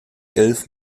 elf